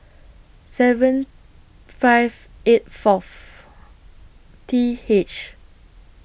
seven five eight Fourth T H